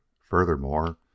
Furthermore